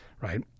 right